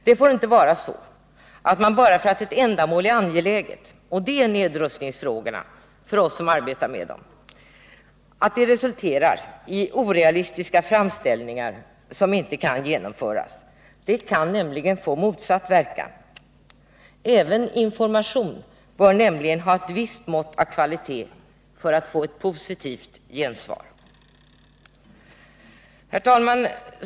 Det får inte vara så, att det bara för att ett ändamål är angeläget — och det är nedrustningsfrågorna för oss som arbetar med dem -— resulterar i orealistiska framställningar som inte kan genomföras. Det kan nämligen få motsatt verkan. Även information bör ha ett visst mått av kvalitet för att få ett positivt gensvar. Herr talman!